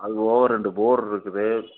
அதுபோக ரெண்டு போரு இருக்குது